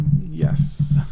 Yes